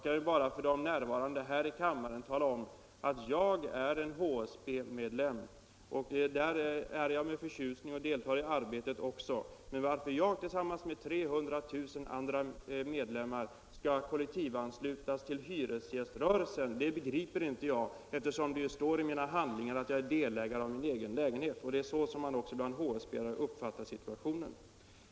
Jag kan för de närvarande här i kammaren tala om, att jag är HSB medlem. Det är jag med förtjusning, och jag deltar i arbetet också. Men varför jag tillsammans med 300 000 andra HSB-medlemmar skall kollektivanslutas till hyresgäströrelsen begriper inte jag, eftersom det ju står i handlingarna att jag själv äger min lägenhet. Det är så man bland HSB are uppfattar situationen.